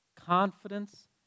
confidence